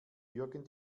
jürgen